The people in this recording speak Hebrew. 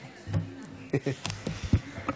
בבקשה.